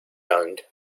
owned